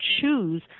choose